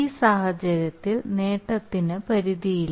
ഈ സാഹചര്യത്തിൽ നേട്ടത്തിന് പരിധിയില്ല